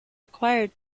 required